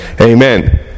Amen